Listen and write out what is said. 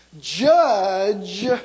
Judge